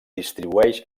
distribuïx